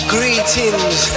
Greetings